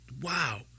Wow